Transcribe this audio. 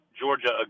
Georgia